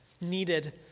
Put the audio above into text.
needed